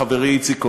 חברי איציק כהן.